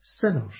sinners